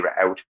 out